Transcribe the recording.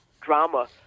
drama